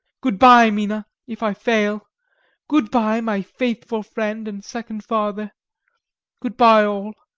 good-bye, mina, if i fail good-bye, my faithful friend and second father good-bye, all,